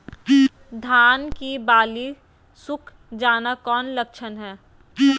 धान की बाली सुख जाना कौन लक्षण हैं?